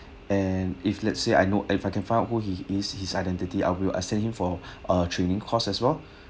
and if let's say I know if I can find who he is his identity I will I send him for uh training course as well